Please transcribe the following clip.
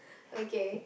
okay